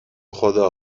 خدا